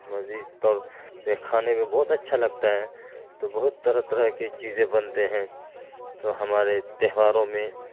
مزید طور پہ کھانے پہ بہت اچھا لگتا ہے تو بہت طرح طرح کے چیزیں بنتے ہیں تو ہمارے تہواروں میں